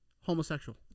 homosexual